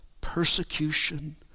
persecution